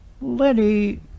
Lenny